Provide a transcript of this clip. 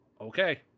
okay